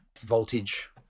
voltage